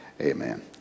Amen